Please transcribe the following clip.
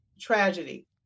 tragedy